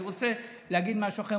אני רוצה להגיד משהו אחר.